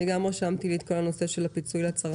גם אני רשמתי לעצמי את כל הנושא של הפיצוי לצרכן.